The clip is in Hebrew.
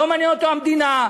לא מעניין אותו המדינה,